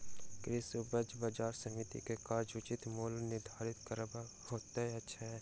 कृषि उपज बजार समिति के कार्य उचित मूल्य निर्धारित करब होइत अछि